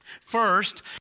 First